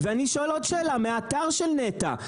ואני שואל עוד שאלה מהאתר של נת"ע,